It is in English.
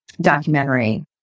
documentary